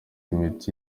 imiti